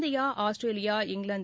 India Australia England